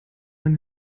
man